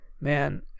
man